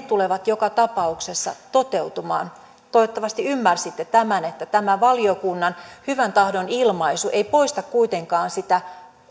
tulevat joka tapauksessa toteutumaan toivottavasti ymmärsitte tämän että tämä valiokunnan hyväntahdon ilmaisu ei poista kuitenkaan sitä